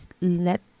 let